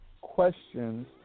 questions